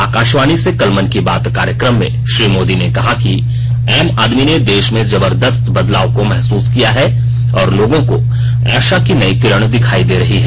आकाशवाणी से कल मन की बात कार्यक्रम में श्री मोदी ने कहा कि आम आदमी ने देश में जबरदस्त बदलाव को महसूस किया है और लोगों को आशा की नई किरण दिखाई दे रही हैं